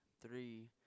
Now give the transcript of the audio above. three